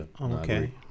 okay